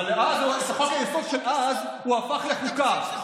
אבל אז, את חוק-יסוד של אז הוא הפך לחוקה.